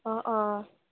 অঁ অঁ